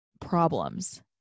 problems